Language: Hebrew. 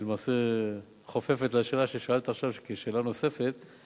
שהיא למעשה חופפת לשאלה ששאלת עכשיו כשאלה נוספת: